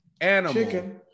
animal